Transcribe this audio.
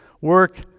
Work